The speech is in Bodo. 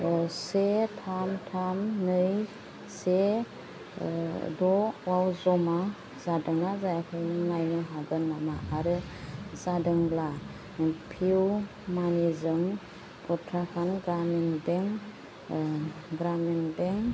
से थाम थाम नै से द'आव जमा जादोंना जायाखै नों नायनो हागोन नामा आरो जादोंब्ला पेइउमानिजों उत्तराखन्ड ग्रामिन बेंक ओ ग्रामिन बेंक